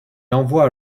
envoie